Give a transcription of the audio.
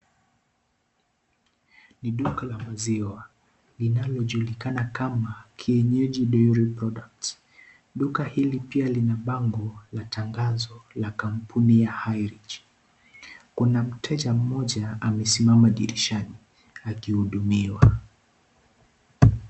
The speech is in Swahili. Ni duka la maziwa linalochulikana kama Kieni dairy products, duka hili pia lina bango la tangazo la kampuni ya highridge kuna mteja mmoja amesimama dirishani akihudumiwa.